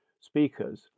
speakers